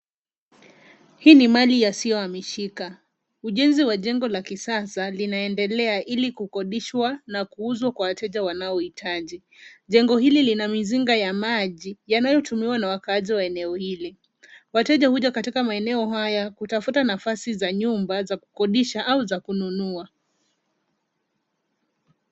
Hii ni mali yasiohamishika. Ujenzi wa jengo la kisasa linaendelea ili kukodishwa na kuuzwa kwa wateja wanaohitaji. Jengo hili lina mizinga ya maji yanayotumiwa na wakaazi wa eneo hili. Wateja huja katika maeneo haya kutafuta nafasi za nyumba za kukodisha au za kununua.